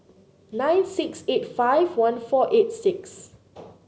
nine six eight five one four eight six